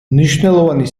მნიშვნელოვანი